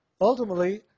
Ultimately